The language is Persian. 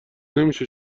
نمیشه